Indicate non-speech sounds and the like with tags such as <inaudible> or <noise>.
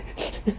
<laughs>